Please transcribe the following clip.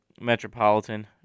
Metropolitan